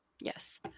Yes